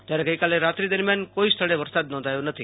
જયારે ગઈકાલે રાત્રી દરમ્યાન કોઈ સ્થળે વરસાદ નોંધાયો નથી